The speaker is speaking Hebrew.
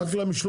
רק על המשלוח?